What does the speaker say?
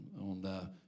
on